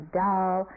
dull